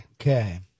Okay